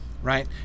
Right